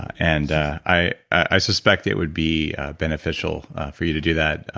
and i i suspect it would be beneficial for you to do that,